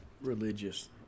religious